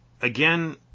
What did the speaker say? Again